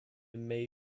may